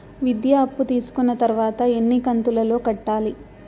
విద్య అప్పు తీసుకున్న తర్వాత ఎన్ని కంతుల లో కట్టాలి?